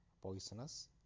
poisonous